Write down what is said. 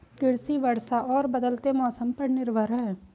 कृषि वर्षा और बदलते मौसम पर निर्भर है